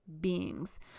beings